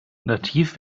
nativ